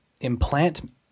implant –